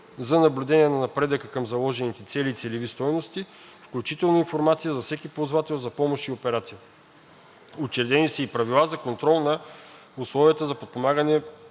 за наблюдение на напредъка към заложените цели и целеви стойности, включително информация за всеки ползвател на помощ и операция. Уредени са и правила за контрол на условията за подпомагане